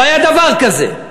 לא היה דבר כזה.